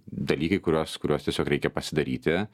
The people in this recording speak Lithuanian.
dalykai kuriuos kuriuos tiesiog reikia pasidaryti